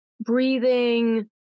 breathing